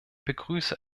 begrüße